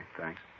thanks